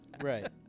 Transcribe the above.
right